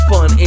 Fun